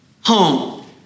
home